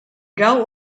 gau